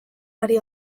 ari